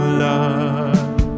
love